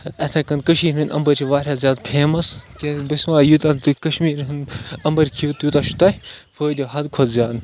یِتھٕے کٔنۍ کٔشیٖر ہٕندۍ اَمبٕر چھِ واریاہ زیادٕ فیمَس بہٕ چھُ وَنان یوٗتاہ تُہۍ کَشمیٖرٕکۍ اَمبٔر کھیٚیِو توٗتاہ چھُو تۄہہِ فٲیدٕ حد کھۄتہٕ زیادٕ